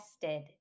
tested